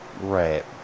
Right